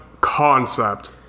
concept